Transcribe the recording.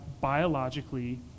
biologically